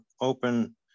open